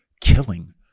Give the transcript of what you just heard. killing